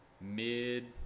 mid